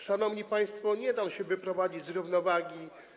Szanowni państwo, nie dam się wyprowadzić z równowagi.